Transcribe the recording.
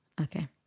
okay